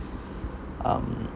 um